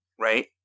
right